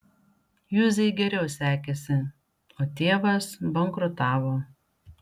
juzei geriau sekėsi o tėvas bankrutavo